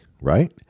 Right